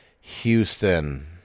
Houston